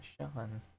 Sean